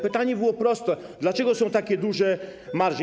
Pytanie było proste: Dlaczego są takie duże marże?